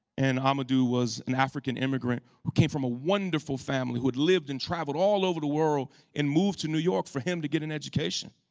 and amadou was an african immigrant who came from a wonderful family who had lived and traveled all over the world and moved to new york for him to get an education.